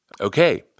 Okay